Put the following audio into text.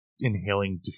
inhaling